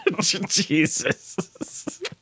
Jesus